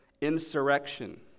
insurrection